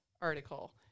article